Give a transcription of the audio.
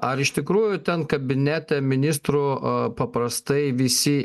ar iš tikrųjų ten kabinete ministrų paprastai visi